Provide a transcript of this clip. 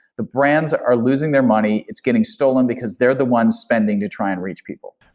the brands are losing their money. it's getting stolen because they're the ones spending to try and reach people.